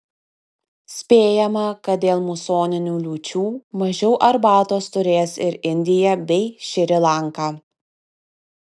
spėjama kad dėl musoninių liūčių mažiau arbatos turės ir indija bei šri lanka